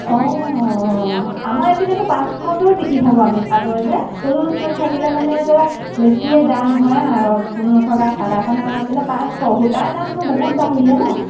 অঁ আমাৰ এইপিনেতো পাঁচশকৈও বিকি থাকোঁ আমি চাদৰ যে ফুল চুল থাকিলে মানেতো বেছিয়ে দাম হয় ফুল নথকা চাদাখনহঁত আমাৰপিনে পাঁচশ সূতাৰ দাম হেনো বহুত বাঢ়িলে নহ্